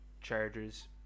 Chargers